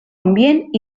ambient